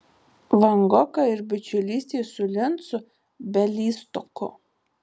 vangoka ir bičiulystė su lincu bialystoku